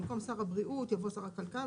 במקום שר הבריאות יבוא שר הכלכלה.